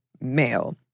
male